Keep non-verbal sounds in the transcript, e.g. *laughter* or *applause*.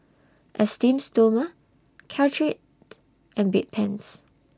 Esteem Stoma Caltrate *noise* and Bedpans